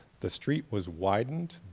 the street was widened,